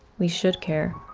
we should care.